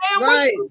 Right